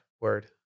Word